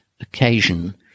occasion